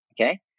Okay